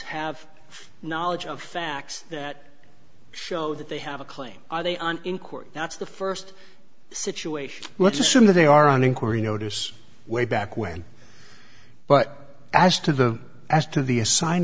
have knowledge of facts that show that they have a claim are they on in court that's the first situation let's assume that they are on inquiry notice way back when but as to the as to the assign